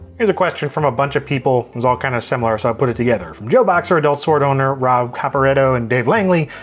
here's a question from a bunch of people. it was all kind of similar, so i put it together. from joeboxr, adult sword owner, rob caporetto, and dave langley,